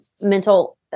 mental